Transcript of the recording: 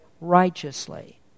Righteously